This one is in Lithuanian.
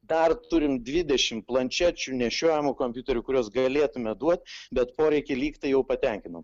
dar turim dvidešimt planšečių nešiojamų kompiuterių kuriuos galėtume duot bet poreikį lyg tai jau patenkinom